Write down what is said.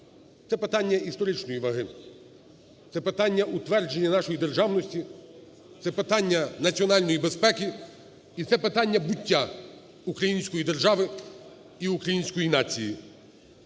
це питання історичної ваги, це питання утвердження нашої державності, це питання національної безпеки і це питання буття української держави і української нації.